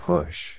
Push